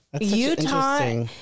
Utah